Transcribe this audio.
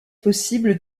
possible